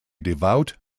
devout